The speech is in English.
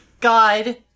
God